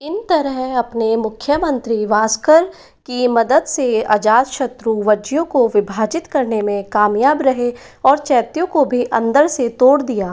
इन तरह अपने मुख्यमंत्री वासकर की मदद से ये अजातशत्रु वज्जियो को विभाजित करने में कामयाब रहे और चैत्यो को भी अंदर से तोड़ दिया